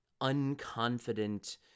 unconfident